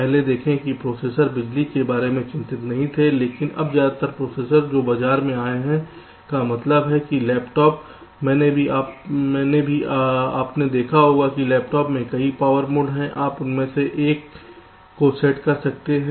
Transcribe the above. पहले देखें कि प्रोसेसर बिजली के बारे में चिंतित नहीं थे लेकिन अब ज्यादातर प्रोसेसर जो बाजार में आ गए हैं का मतलब है कि लैपटॉप में भी आपने देखा होगा कि लैपटॉप में कई पावर मोड हैं आप उनमें से एक को सेट कर सकते हैं